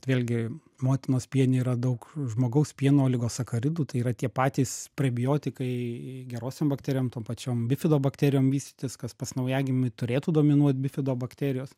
vėlgi motinos piene yra daug žmogaus pieno oligosacharidų tai yra tie patys prebiotikai gerosiom bakterijom tom pačiom bifidobakterijom vystytis kas pas naujagimį turėtų dominuot bifidobakterijos